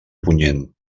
punyent